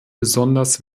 besonders